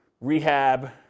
rehab